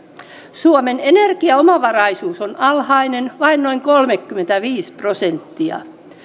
suomen energiaomavaraisuus on alhainen vain noin kolmekymmentäviisi prosenttia